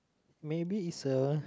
maybe is a